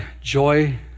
joy